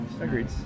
Agreed